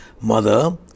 mother